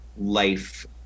life